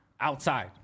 outside